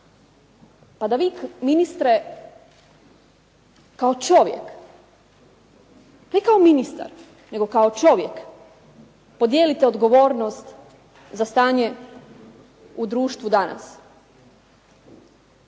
pa da vi ministre kao čovjek, ne kao ministar, nego kao čovjek podijelite odgovornost za stanje u društvu danas?